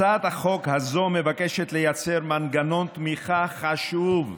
הצעת החוק הזו מבקשת לייצר מנגנון תמיכה חשוב.